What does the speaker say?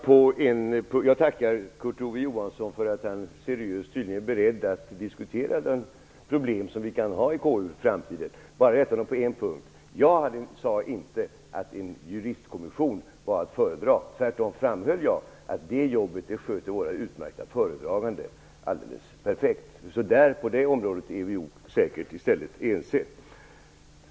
Herr talman! Jag tackar Kurt Ove Johansson för att han tydligen är seriöst beredd att diskutera de problem som vi kan få i KU. Jag vill bara rätta honom på en punkt. Jag sade inte att en juristkommission var att föredra. Tvärtom framhöll jag att det jobbet sköter våra utmärkta föredragande alldeles perfekt. På det området är vi nog ense.